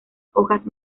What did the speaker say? hojas